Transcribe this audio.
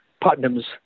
putnam's